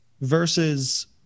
versus